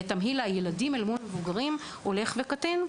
תמהיל ילדים מול מבוגרים הולך וקטן,